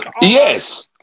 Yes